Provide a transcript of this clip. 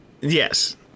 yes